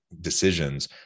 decisions